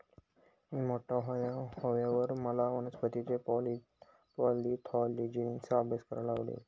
मी मोठा व्हवावर माले वनस्पती पॅथॉलॉजिना आभ्यास कराले आवडी